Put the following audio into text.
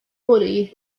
body